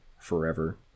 forever